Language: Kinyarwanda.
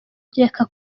reka